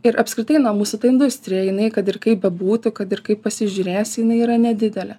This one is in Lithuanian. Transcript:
ir apskritai na mūsų industrija jinai kad ir kaip bebūtų kad ir kaip pasižiūrėsi jinai yra nedidelė